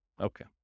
Okay